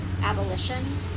abolition